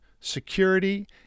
security